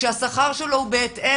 כשהשכר שלו הוא בהתאם,